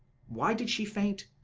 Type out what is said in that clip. why did she faint?